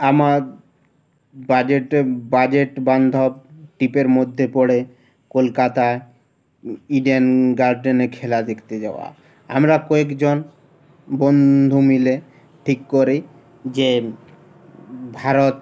আমার বাজেটে বাজেট বান্ধব ট্রিপের মধ্যে পড়ে কলকাতায় ইডেন গার্ডেনে খেলা দেখতে যাওয়া আমরা কয়েকজন বন্ধু মিলে ঠিক করেি যে ভারত